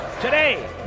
today